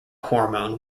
hormone